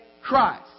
Christ